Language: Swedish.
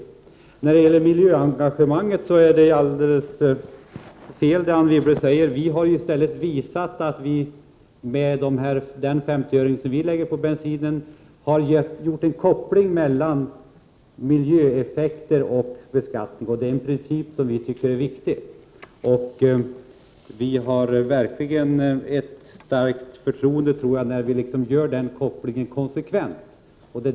Vad Anne Wibble säger när det gäller miljöengagemanget är alldeles fel. Vi har i stället visat att vi med den 50-öring som vi lägger på bensinen har gjort en koppling mellan miljöeffekter och beskattning. Det är en princip som vi tycker är viktig. Jag tror att vi verkligen har ett stort förtroende när vi gör den kopplingen konsekvent.